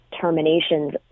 terminations